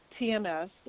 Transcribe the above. TMS